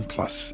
Plus